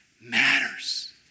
matters